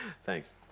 thanks